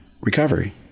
recovery